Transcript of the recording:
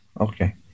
okay